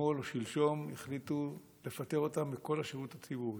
אתמול או שלשום החליטו לפטר אותן מכל השירות הציבורי.